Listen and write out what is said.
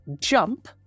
jump